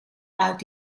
uit